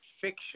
fiction